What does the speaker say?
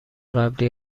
قبلی